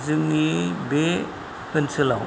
जोंनि बे ओनसोलाव